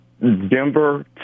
denver